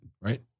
right